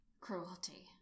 cruelty